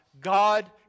God